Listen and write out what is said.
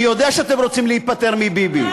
אני יודע שאתם רוצים להיפטר מביבי.